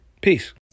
Peace